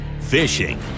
fishing